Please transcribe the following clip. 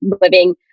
living